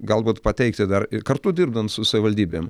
galbūt pateikti dar ir kartu dirbant su savivaldybėm